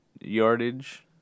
yardage